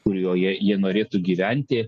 kurioje jie norėtų gyventi